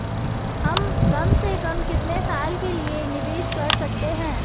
हम कम से कम कितने साल के लिए निवेश कर सकते हैं?